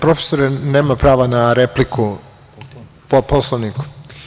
Profesore, nema prava na repliku po Poslovniku.